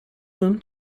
them